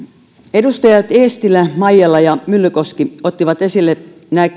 edustajat eestilä maijala ja myllykoski ottivat esille nämä